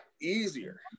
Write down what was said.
easier